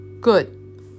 Good